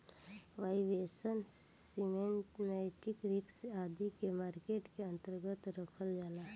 valuation, systematic risk आदि के market के अन्तर्गत रखल जाला